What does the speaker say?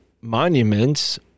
monuments